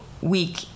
week